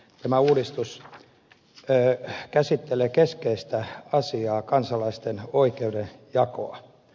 tämä uudistus käsittelee keskeistä asiaa kansalaisten oikeudenjakoa